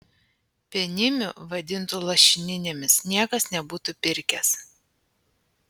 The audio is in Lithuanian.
penimių vadintų lašininėmis niekas nebūtų pirkęs